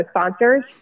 sponsors